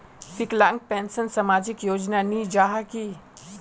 विकलांग पेंशन सामाजिक योजना नी जाहा की?